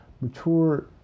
mature